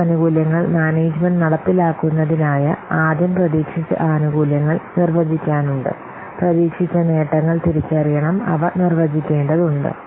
ഈ ആനുകൂല്യങ്ങൾ മാനേജ്മെന്റ് നടപ്പിലാക്കുന്നതിനായ ആദ്യം പ്രതീക്ഷിച്ച ആനുകൂല്യങ്ങൾ നിർവചിക്കാനുണ്ടു പ്രതീക്ഷിച്ച നേട്ടങ്ങൾ തിരിച്ചറിയണം അവ നിർവചിക്കേണ്ടതുണ്ട്